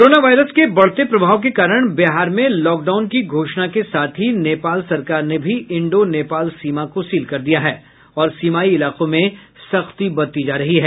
corona virus के बढ़ते प्रभाव के कारण बिहार में लॉकडाउन की घोषणा के साथ ही नेपाल सरकार ने भी इंडो नेपाल सीमा को सील कर दिया है और सीमाई इलाकों में सख्ती बरती जा रही है